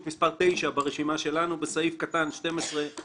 מספר 8 ברשימה שלנו: בסעיף קטן 12(א)(1),